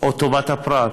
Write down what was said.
או טובת הפרט.